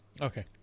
Okay